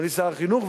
אדוני שר החינוך,